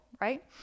right